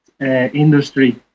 industry